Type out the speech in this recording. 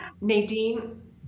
Nadine